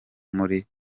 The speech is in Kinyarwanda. muri